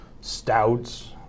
stouts